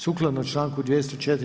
Sukladno članku 204.